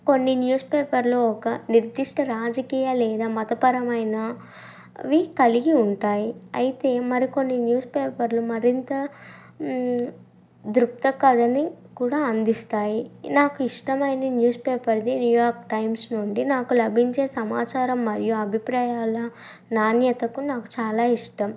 కొన్ని న్యూస్ పేపర్లు ఒక నిర్దిష్ట రాజకీయ లేదా మతపరమైన అవి కలిగి ఉంటాయి అయితే మరికొన్ని న్యూస్ పేపర్లు మరింత దృప్త కథని కూడా అందిస్తాయి నాకు ఇష్టమైన newspaper the New York Times నుండి నాకు లభించే సమాచారం మరియు అభిప్రాయాల నాణ్యతకు నాకు చాలా ఇష్టం